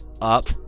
up